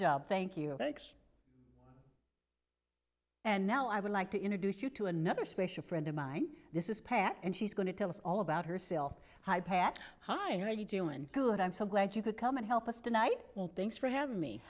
job thank you thanks and now i would like to introduce you to another special friend of mine this is pat and she's going to tell us all about herself hi pat hi how you doing good i'm so glad you could come and help us tonight thanks for having me